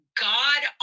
God